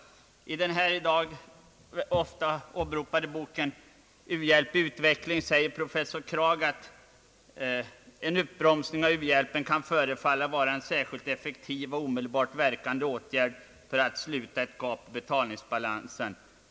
I den i dag ofta åberopade boken U hjälp i utveckling? säger professor Kragh att en uppbromsning av u-hjälpen kan förefalla vara en särskilt effektiv och omedelbart verkande åtgärd för att sluta ett gap i betalningsbalansen.